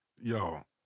yo